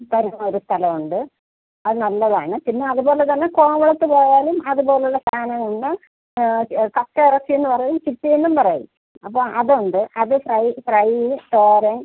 തരുന്ന ഒരു സ്ഥലം ഉണ്ട് അത് നല്ലതാണ് പിന്നെ അതുപോലെ തന്നെ കോവളത്ത് പോയാലും അത് പോലുള്ള സാധനം ഉണ്ട് കക്ക എറച്ചിയെന്ന് പറയും ചിപ്പിയെന്നും പറയും അപ്പോൾ അത് ഉണ്ട് അത് ഫ്രൈ ഫ്രൈ തോരൻ